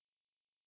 mm